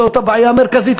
זאת הבעיה המרכזית,